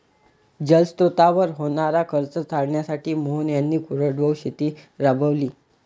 जलस्रोतांवर होणारा खर्च टाळण्यासाठी मोहन यांनी कोरडवाहू शेती राबवली